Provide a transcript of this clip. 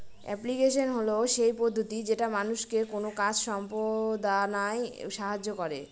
application হল সেই পদ্ধতি যেটা মানুষকে কোনো কাজ সম্পদনায় সাহায্য করে